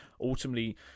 ultimately